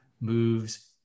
moves